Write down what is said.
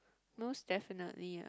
most definitely